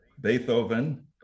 Beethoven